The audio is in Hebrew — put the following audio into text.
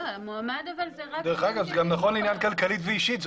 דרך אגב, זה נכון גם לעניין כלכלית ואישית.